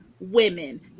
Women